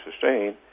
sustain